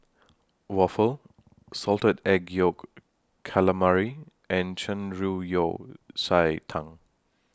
Waffle Salted Egg Yolk Calamari and Shan Rui Yao Cai Tang